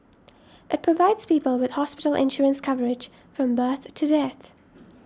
it provides people with hospital insurance coverage from birth to death